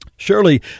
Surely